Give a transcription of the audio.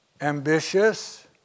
ambitious